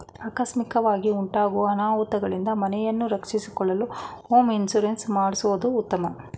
ಆಕಸ್ಮಿಕವಾಗಿ ಉಂಟಾಗೂ ಅನಾಹುತಗಳಿಂದ ಮನೆಯನ್ನು ರಕ್ಷಿಸಿಕೊಳ್ಳಲು ಹೋಮ್ ಇನ್ಸೂರೆನ್ಸ್ ಮಾಡಿಸುವುದು ಉತ್ತಮ